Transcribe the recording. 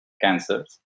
cancers